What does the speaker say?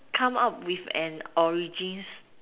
come out with an origins